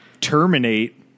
Terminate